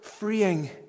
Freeing